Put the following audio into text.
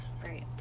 great